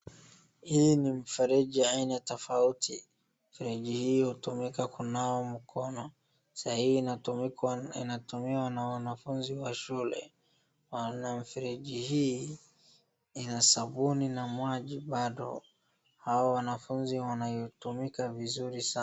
Hii ni mfereji Haina tofauti. mifereji hii hutumika kunawa mikono. Saa hii inatumiwa na wanafunzi wa shule. mifereji hii Ina maji na sabuni. Hao wanafunzi wanatumia vizuri sana.